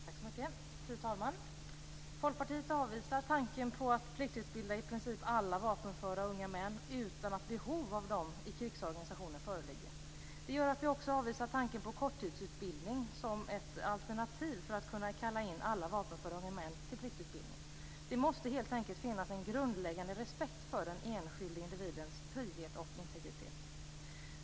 Fru talman! Folkpartiet avvisar tanken på att pliktutbilda i princip alla vapenföra unga män utan att behov av dem i krigsorganisationen föreligger. Det gör att vi också avvisar tanken på korttidsutbildning som ett alternativ för att kunna kalla in alla vapenföra unga män till pliktutbildning. Det måste helt enkelt finnas en grundläggande respekt för den enskilde individens frihet och integritet.